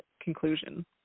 conclusion